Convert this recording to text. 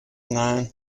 nine